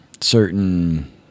certain